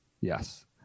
Yes